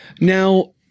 Now